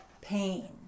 pain